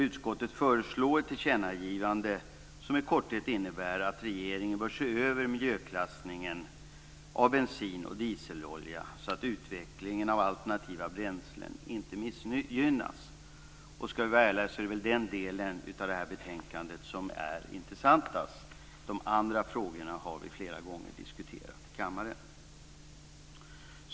Utskottet föreslår ett tillkännagivande som i korthet innebär att regeringen bör se över miljöklassningen av bensin och dieselolja så att utvecklingen av alternativa bränslen inte missgynnas. Ska vi vara ärliga så är det den delen av betänkandet som är intressantast. De andra frågorna har vi diskuterat flera gånger i kammaren.